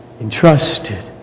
entrusted